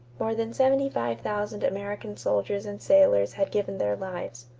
more than seventy five thousand american soldiers and sailors had given their lives.